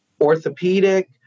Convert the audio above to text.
orthopedic